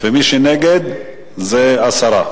וגם על עובדי קבלן שהם רופאים.